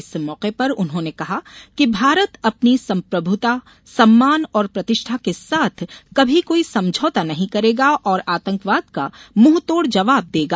इस मौके पर उन्होंने कहा कि भारत अपनी संप्रभूता सम्मान और प्रतिष्ठा के साथ कभी कोई समझौता नहीं करेगा और आंतकवाद का मुंहतोड़ जबाब देगा